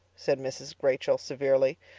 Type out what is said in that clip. said mrs. rachel severely.